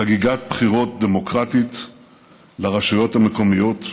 חגיגת בחירות דמוקרטית לרשויות המקומיות,